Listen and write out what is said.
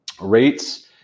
Rates